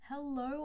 Hello